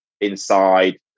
inside